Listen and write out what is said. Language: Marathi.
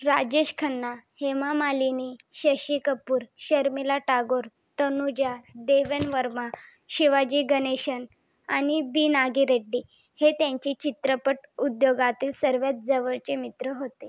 राजेश खन्ना हेमामालिनी शशी कपूर शर्मिला टागोर तनुजा देवेन वर्मा शिवाजी गणेशन आणि बी नागीरेड्डी हे त्यांचे चित्रपट उद्योगातील सर्वांत जवळचे मित्र होते